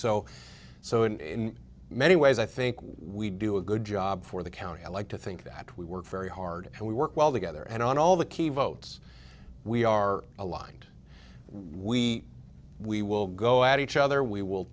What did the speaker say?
so so in many ways i think we do a good job for the county i like to think that we work very hard and we work well together and on all the key votes we are aligned we we will go at each other we will